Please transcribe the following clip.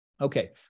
Okay